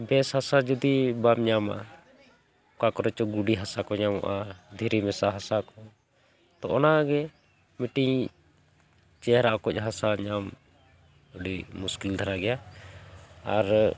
ᱵᱮᱥ ᱦᱟᱥᱟ ᱡᱩᱫᱤ ᱵᱟᱢ ᱧᱟᱢᱟ ᱚᱠᱟ ᱠᱚᱨᱮ ᱪᱚ ᱜᱩᱰᱤ ᱦᱟᱥᱟ ᱠᱚ ᱧᱟᱢᱚᱜᱼᱟ ᱫᱷᱤᱨᱤ ᱢᱮᱥᱟ ᱦᱟᱥᱟ ᱠᱚ ᱛᱚ ᱚᱱᱟᱜᱮ ᱢᱤᱫᱴᱤᱡ ᱪᱮᱦᱨᱟ ᱚᱠᱚᱡ ᱦᱟᱥᱟ ᱧᱟᱢ ᱟᱹᱰᱤ ᱢᱩᱥᱠᱤᱞ ᱫᱷᱟᱨᱟ ᱜᱮᱭᱟ ᱟᱨ